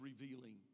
revealing